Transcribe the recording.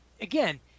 again